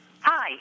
Hi